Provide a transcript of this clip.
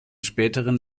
späteren